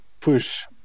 push